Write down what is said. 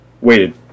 Waited